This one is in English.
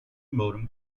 modem